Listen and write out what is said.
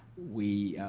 we